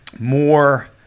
more